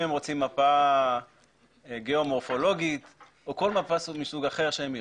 אם הם רוצים מפה גיאו-מורפולוגית או כל מפה מסוג אחר שהם ירצו,